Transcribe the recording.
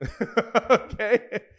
Okay